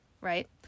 right